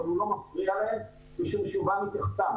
הוא לא מפריע להם משום הוא עובר מתחתיהם.